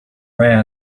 ran